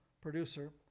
producer